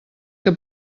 que